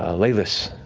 ah leylas,